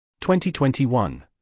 2021